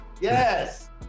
Yes